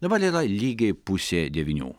dabar yra lygiai pusė devynių